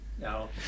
No